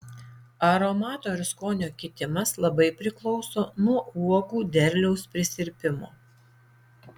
aromato ir skonio kitimas labai priklauso nuo uogų derliaus prisirpimo